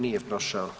Nije prošao.